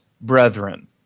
brethren